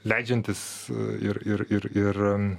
leidžiantis ir ir ir ir